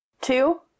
Two